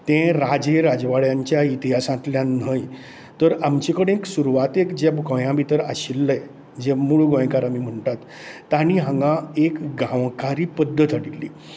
ते राजे राजवाड्याच्या इतिहासांतल्यान न्हय तर आमच्या कडेन सुरवातीक जे गोंया भितर आशील्ले जे मूळ गोंयकार आमी म्हणटात ताणी हांगा एक गांवकारी पद्धत हाडिल्ली